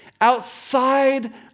outside